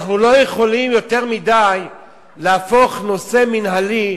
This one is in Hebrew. אנחנו לא יכולים יותר מדי להפוך נושא מינהלי,